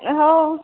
हो